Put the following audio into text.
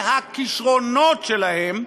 מהכישרונות שלהם.